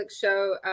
show